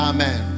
Amen